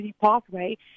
pathway